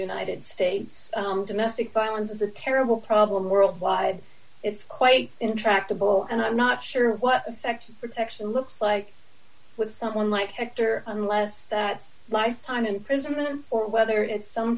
united states domestic violence is a terrible problem worldwide it's quite intractable and i'm not sure what effect protection looks like with someone like hector unless that lifetime in prison or whether it's some